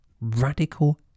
radical